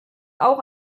auch